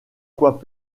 quoi